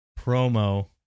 promo